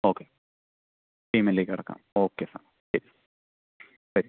okay ഇമെയിലിലേക്ക് കടക്കാം okay sir ശരി ശരി